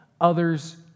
others